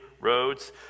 roads